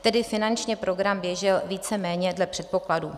Tedy finančně program běžel víceméně dle předpokladů.